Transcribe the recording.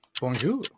Bonjour